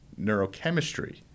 neurochemistry